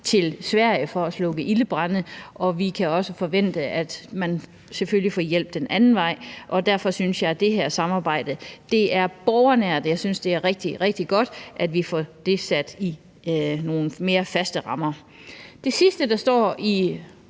til Sverige for at slukke ildebrande, og at vi også kan forvente, at man selvfølgelig får hjælp den anden vej. Jeg synes, at det her samarbejde er borgernært, og derfor synes jeg, det er rigtig, rigtig godt, at vi får det sat i nogle mere faste rammer. Det sidste, der står i